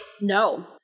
No